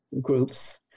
groups